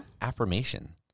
affirmation